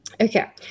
Okay